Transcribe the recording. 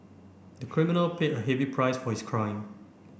the criminal paid a heavy price for his crime